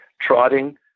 trotting